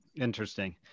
Interesting